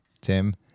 tim